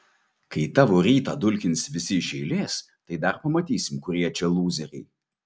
kai tavo rytą dulkins visi iš eilės tai dar pamatysim kurie čia lūzeriai